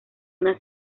una